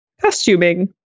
costuming